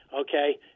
okay